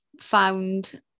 found